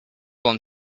one